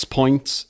points